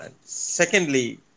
Secondly